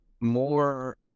more